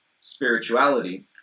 spirituality